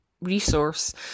resource